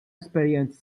esperjenza